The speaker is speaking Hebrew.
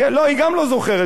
היא גם לא זוכרת מי זה,